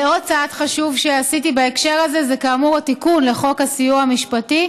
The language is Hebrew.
עוד צעד חשוב שעשיתי בהקשר הזה זה כאמור התיקון לחוק הסיוע המשפטי